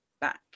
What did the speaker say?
back